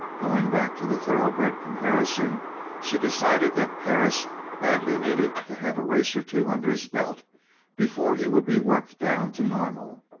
going back to the thoroughbred comparison she decided that perris badly needed to have a race or two under his belt before he would be worked down to normal.